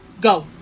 go